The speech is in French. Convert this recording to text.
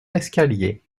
l’escalier